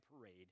parade